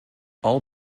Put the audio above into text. all